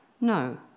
No